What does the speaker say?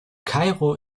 kairo